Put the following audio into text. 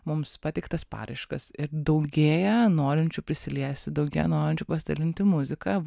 mums pateiktas paraiškas ir daugėja norinčių prisiliesti daugėja norinčių pasidalinti muzika